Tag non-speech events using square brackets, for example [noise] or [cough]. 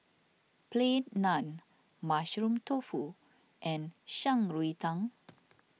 Plain Naan Mushroom Tofu and Shan Rui Tang [noise]